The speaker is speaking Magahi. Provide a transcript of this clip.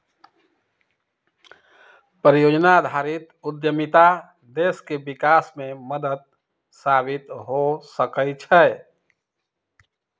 परिजोजना आधारित उद्यमिता देश के विकास में मदद साबित हो सकइ छै